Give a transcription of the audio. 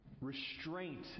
restraint